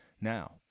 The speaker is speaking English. Now